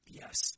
yes